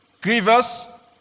grievous